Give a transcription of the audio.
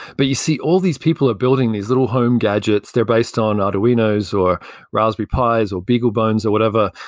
but you see, all these people are building these little home gadgets. they're based on arduinos, or raspberry pi's or beaglebones, or whatever.